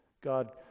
God